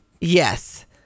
yes